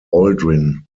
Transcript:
aldrin